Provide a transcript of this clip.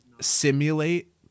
simulate